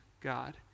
God